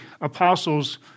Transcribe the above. apostles